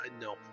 No